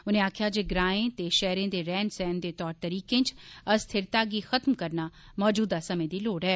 उनें आक्खेआ जे ग्राएं ते शैहरें दे रैहन सैहन दे तौर तरीकें च अस्थिरता गी खतम करना मौजूदा समें दी लोड़ ऐ